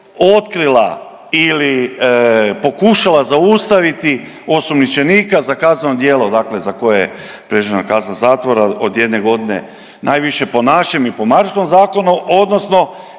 otkrila ili pokušala zaustaviti osumnjičenika za kazneno djelo dakle za koje je predviđena kazna zatvora od jedne godine najviše po našem i po mađarskom zakonu odnosno